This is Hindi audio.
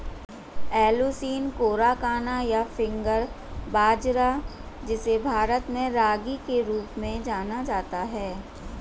एलुसीन कोराकाना, या फिंगर बाजरा, जिसे भारत में रागी के रूप में जाना जाता है